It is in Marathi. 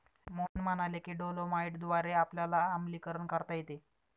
मोहन म्हणाले की डोलोमाईटद्वारे आपल्याला आम्लीकरण करता येते